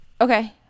Okay